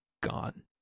gone